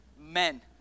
men